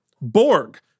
Borg